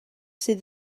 sydd